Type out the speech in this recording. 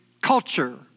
culture